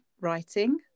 writing